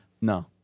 No